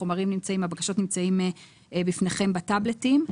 החומרים נמצאים והבקשות נמצאות אצלכם בטאבלטים.